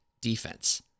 defense